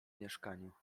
mieszkaniu